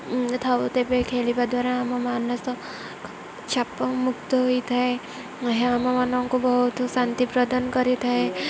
ଥାଉ ତେବେ ଖେଳିବା ଦ୍ୱାରା ଆମ ମାନସ ଚାପମୁକ୍ତ ହୋଇଥାଏ ଏହା ଆମମାନଙ୍କୁ ବହୁତ ଶାନ୍ତି ପ୍ରଦାନ କରିଥାଏ